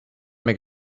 make